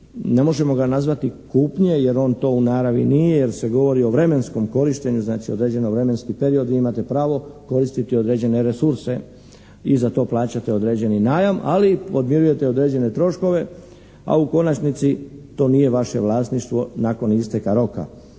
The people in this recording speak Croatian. ne možemo ga nazvati kupnje jer on to u naravi nije, jer se govori o vremenskom korištenju. Znači, određeno vremenski period vi imate pravo koristiti određene resurse i za to plaćate određeni najam ali podmirujete određene troškove, a u konačnici to nije vaše vlasništvo nakon isteka roka.